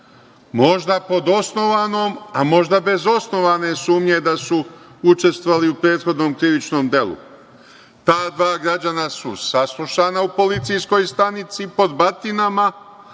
možda pod osnovanom, a možda bez osnovane sumnje da su učestvovali u prethodnom krivičnom delu. Ta dva građanina su saslušana u policijskoj stanici pod batinama,